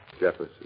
Jefferson